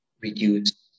reduce